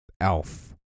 Elf